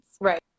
right